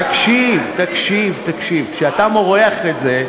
תקשיב, תקשיב, תקשיב, כשאתה מורח את זה,